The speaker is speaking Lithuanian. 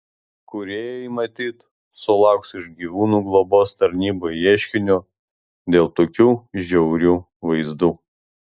kūrėjai matyt sulauks iš gyvūnų globos tarnybų ieškinių dėl tokių žiaurių vaizdų